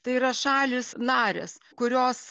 tai yra šalys narės kurios